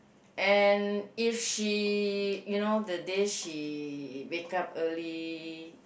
and if she you know the day she wake up early